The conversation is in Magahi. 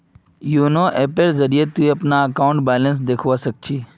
योनो ऐपेर जरिए ती अपनार अकाउंटेर बैलेंस देखवा सख छि